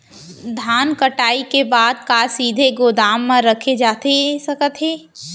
धान कटाई के बाद का सीधे गोदाम मा रखे जाथे सकत हे?